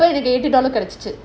ஏத்துக்கிட்டாலும்:ethukitaalum